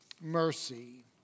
mercy